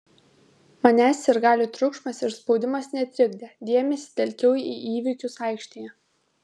manęs sirgalių triukšmas ir spaudimas netrikdė dėmesį telkiau į įvykius aikštėje